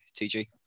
TG